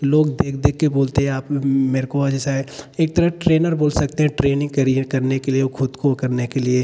लोग देख देख के बोलते हैं आप मेरे को आज ऐसा है एक तरह ट्रेनर बोल सकते हैं ट्रेनिंग करिए करने के लिए और खुद को करने के लिए